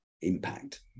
impact